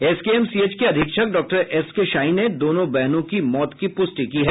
SKMCH के अधीक्षक डॉ एसके शाही ने दोनों बहनों की मौत की पुष्टि की है